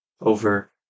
over